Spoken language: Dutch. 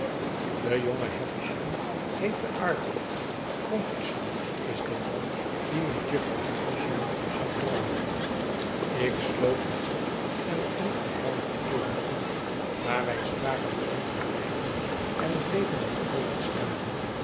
de jonge havisham heette arthur compeyson is de man die met jufvrouw havisham zou trouwen ik sloot het boek en knikte herbert even toe maar wij spraken geen van beiden en bleven naar provis staren